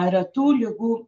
retų ligų